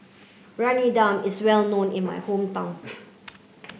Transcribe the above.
Briyani Dum is well known in my hometown